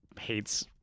hates